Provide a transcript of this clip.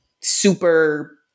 super